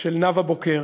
של נאוה בוקר?